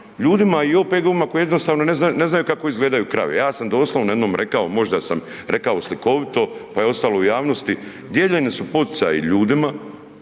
ljudima i OPG-ovima koji jednostavno ne znaju kako izgledaju krave. Ja sam doslovno jednom rekao, možda sam rekao slikovito pa je ostalo u javnosti, dijeljeni su poticaji ljudima